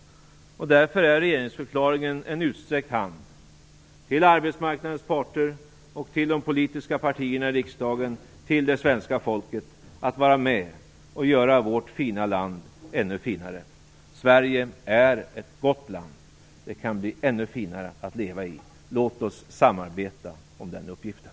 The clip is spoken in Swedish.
Därför är regeringsförklaringen en utsträckt hand till arbetsmarknadens parter, till de politiska partierna i riksdagen och till det svenska folket att vara med och göra vårt fina land ännu finare. Sverige är ett gott land. Det kan bli ännu finare att leva i. Låt oss samarbeta om den uppgiften.